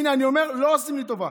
הינה אני אומר: לא עושים לי טובה.